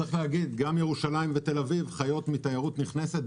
צריך להגיד שגם ירושלים ותל-אביב חיות מתיירות נכנסת,